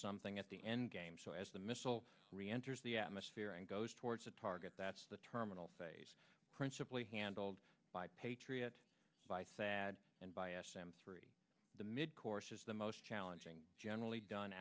something at the end game so as the missile re enters the atmosphere and goes towards a target that's the terminal phase principally handled by patriot spice ad and by s m three the midcourse is the most challenging generally done